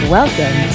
Welcome